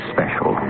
Special